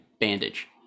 bandage